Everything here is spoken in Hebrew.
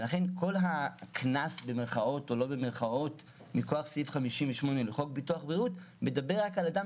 לכן כל הקנס מכוח סעיף 58 לחוק ביטוח בריאות מדבר רק על אדם